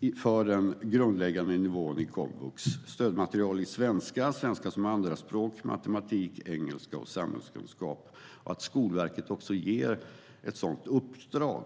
inför den grundläggande nivån vid komvux. Det handlar om stödmaterial i svenska, svenska som andraspråk, matematik, engelska och samhällskunskap och att Skolverket också ges ett sådant uppdrag.